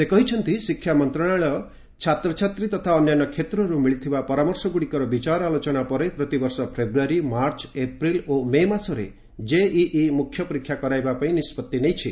ସେ କହିଛନ୍ତି ଶିକ୍ଷା ମନ୍ତ୍ରଣାଳୟ ଛାତ୍ରଛାତ୍ରୀ ତଥା ଅନ୍ୟାନ୍ୟ କ୍ଷେତ୍ରରୁ ମିଳିଥିବା ପରାମର୍ଶଗୁଡ଼ିକର ବିଚାର ଆଲୋଚନା ପରେ ପ୍ରତିବର୍ଷ ଫେବୃୟାରୀ ମାର୍ଚ୍ଚ ଏପ୍ରିଲ୍ ଓ ମେ ମାସରେ ଜେଇଇ ମୁଖ୍ୟ ପରୀକ୍ଷା କରାଇବା ପାଇଁ ନିଷ୍କଭି ନେଇଛି